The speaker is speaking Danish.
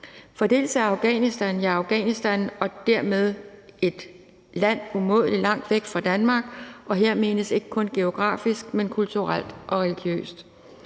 i Danmark? Afghanistan er jo Afghanistan og dermed et land umådelig langt væk fra Danmark, og her menes ikke kun geografisk, men også kulturelt og religiøst.